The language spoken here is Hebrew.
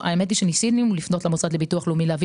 ניסינו לפנות למוסד לביטוח לאומי להבין